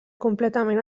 completament